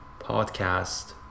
podcast